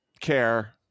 care